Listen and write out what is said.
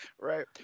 Right